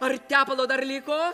ar tepalo dar liko